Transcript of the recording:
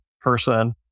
person